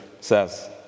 says